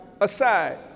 aside